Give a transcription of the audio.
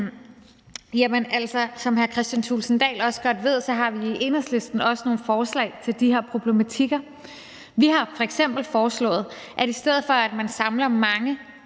hr. Kristian Thulesen Dahl godt ved, så har vi i Enhedslisten også nogle forslag til de her problematikker. Vi har f.eks. foreslået, at man ikke skal samle mange